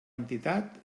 entitat